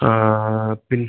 കാണാ പിന്നെ